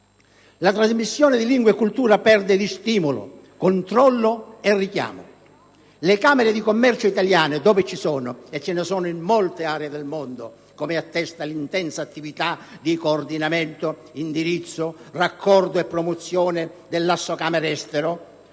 La trasmissione di lingua e cultura perde di stimolo, controllo, richiamo. Le Camere di commercio italiane, dove ci sono, e ce ne sono in molte aree del mondo come attesta l'attività di coordinamento, indirizzo, raccordo e promozione dell'Assocamere estero,